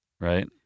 right